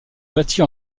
bâtie